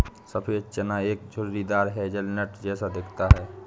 सफेद चना एक झुर्रीदार हेज़लनट जैसा दिखता है